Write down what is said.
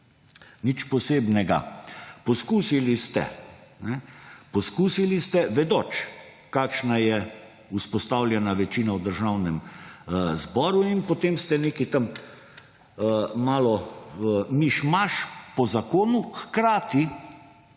Nič posebnega. Poskusili ste vedoč kakšna je vzpostavljena večina v Državnem zboru in potem ste nekaj tam malo miš maš po zakonu, hkrati